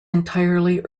entirely